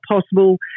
possible